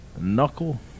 Knuckle